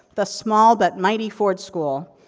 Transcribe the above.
the small but mighty ford school.